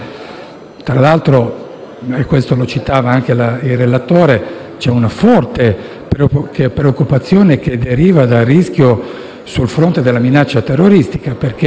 Tra l'altro - come accennava anche il relatore - c'è una forte preoccupazione che deriva dal rischio sul fronte della minaccia terroristica, perché